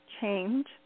change